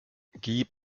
gib